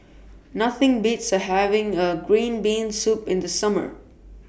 Nothing Beats having A Green Bean Soup in The Summer